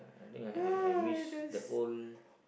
I think I I I miss the old